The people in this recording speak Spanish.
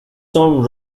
son